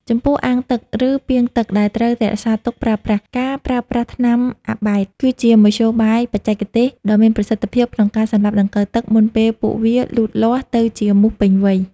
ចំពោះអាងទឹក ឬពាងទឹកដែលត្រូវរក្សាទុកប្រើប្រាស់ ការប្រើប្រាស់ថ្នាំអាបែត (Abate) គឺជាមធ្យោបាយបច្ចេកទេសដ៏មានប្រសិទ្ធភាពក្នុងការសម្លាប់ដង្កូវទឹកមុនពេលពួកវាលូតលាស់ទៅជាមូសពេញវ័យ។